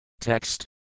Text